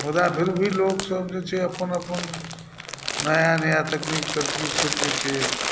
मुदा फिर भी लोकसभ जे छै अपन अपन नया नया तकनीक तरकीबसभ जे छै